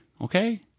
Okay